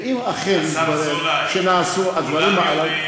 ואם אכן נעשו הדברים האלה,